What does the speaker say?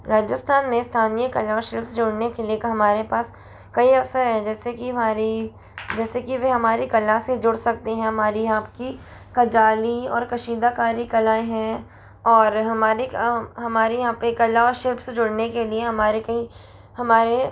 राजस्थान में स्थानीय कलाओं से जोड़ने से लेके हमारे पास कोई अवसर है जैसे कि हमारी जैसे कि वे हमारी कला से जुड़ सकते हैं हमारी आपकी कजाली और कसीदा कार्य कलाएं हैं और हमारे हमारे यहाँ पे कला शिप जुड़ने के लिए हमारे कई हमारे